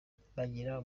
bagira